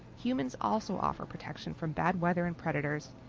humans also offer protection from bad weather and predators,